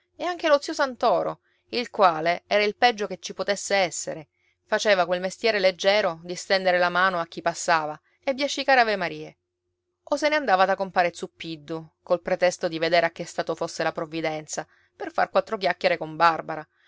e anche lo zio santoro il quale era il peggio che ci potesse essere faceva quel mestiere leggiero di stendere la mano a chi passava e biascicare avemarie o se ne andava da compare zuppiddu col pretesto di vedere a che stato fosse la provvidenza per far quattro chiacchiere con barbara